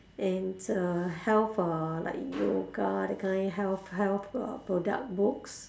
into health uh like yoga that kind health health uh product books